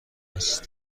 است